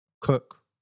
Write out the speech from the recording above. cook